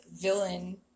villain